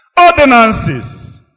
ordinances